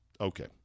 Okay